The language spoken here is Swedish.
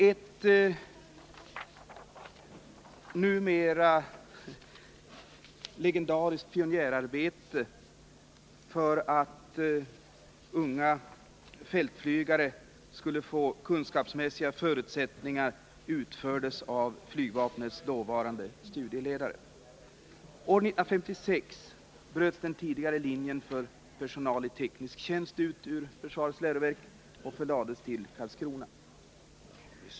Ett numera legendariskt pionjärarbete för att unga fältflygare skulle få bättre kunskapsmässiga förutsättningar för sina uppgifter utfördes av flygvapnets dåvarande studieledare.